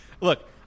Look